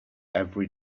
every